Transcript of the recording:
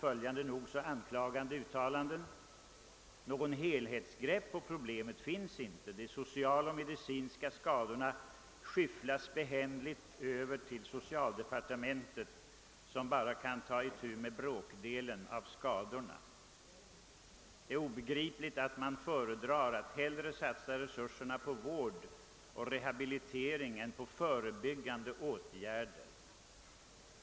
Följande nog så anklagande uttalande har gjorts: Något helhetsgrepp på problemet finns inte. De sociala och medicinska skadorna skyfflas behändigt över till socialdepartementet, som bara kan ta itu med bråkdelen av skadorna. Det är obegripligt att man föredrar att hellre satsa resurserna på vård och rehabilitering än på förebyggande åtgärder.